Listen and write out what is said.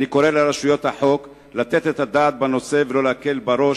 אני קורא לרשויות החוק לתת את הדעת לנושא ולא להקל בו ראש.